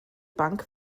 bank